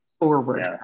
forward